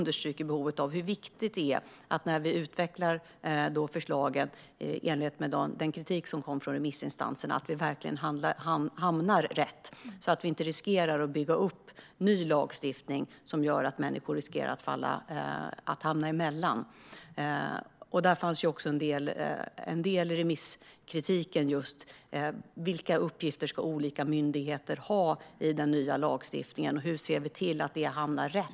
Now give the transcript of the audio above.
Det är också viktigt att vi när vi utvecklar förslagen i enlighet med den kritik som kom från remissinstanserna hamnar rätt och inte riskerar att bygga upp ny lagstiftning som gör att människor kan komma i kläm. En del av remisskritiken handlade om vilka uppgifter olika myndigheter ska ha i den nya lagstiftningen. Hur ser vi till att det hamnar rätt?